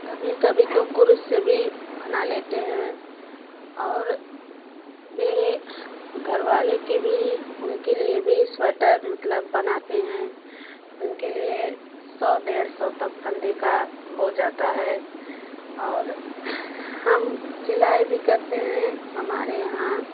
कभी कभी तो क्रूस से भी बना लेते हैं और मेरे घर वाले के भी उनके लिए भी स्वेटर मतलब बनाते हैं तो उनके लिए सौ डेढ़ सौ तक फंदे का हो जाता है और हम सिलाई भी करते हैं हमारे यहाँ